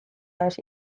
hasi